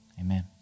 Amen